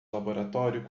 laboratório